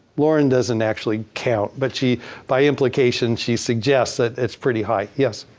lauren doesn't actually count, but she by implication she suggests that it's pretty high. yeah